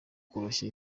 koroshya